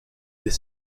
les